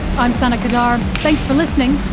i'm sana qadar. thanks for listening.